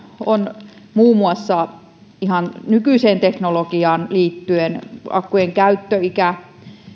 on muun muassa ihan nykyiseen teknologiaan liittyen akkujen käyttöikä